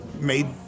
made